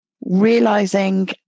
realizing